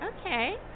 Okay